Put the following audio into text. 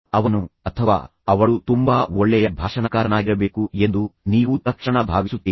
ಅವನು ಅಥವಾ ಅವಳು ತುಂಬಾ ಒಳ್ಳೆಯ ಭಾಷಣಕಾರನಾಗಿರಬೇಕು ಎಂದು ನೀವು ತಕ್ಷಣ ಭಾವಿಸುತ್ತೀರಿ